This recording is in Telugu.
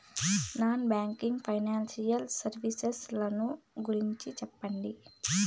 నాన్ బ్యాంకింగ్ ఫైనాన్సియల్ సర్వీసెస్ ల గురించి సెప్పండి?